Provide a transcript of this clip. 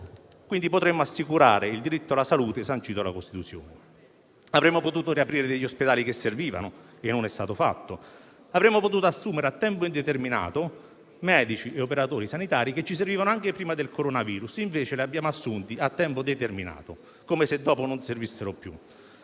in tal modo il diritto alla salute sancito dalla Costituzione. Avremmo potuto riaprire gli ospedali che servivano e non è stato fatto; avremmo potuto assumere a tempo indeterminato medici e operatori sanitari che ci servivano anche prima del coronavirus e invece li abbiamo assunti a tempo determinato, come se dopo non servissero più.